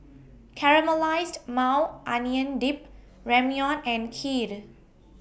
Caramelized Maui Onion Dip Ramyeon and Kheer